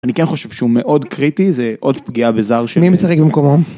אני כן חושב שהוא מאוד קריטי, זה עוד פגיעה בזר של... מי משחק במקומו?